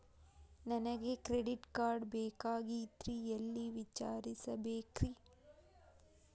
ನನಗೆ credit card ಬೇಕಾಗಿತ್ರಿ ಎಲ್ಲಿ ವಿಚಾರಿಸಬೇಕ್ರಿ?